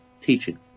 teaching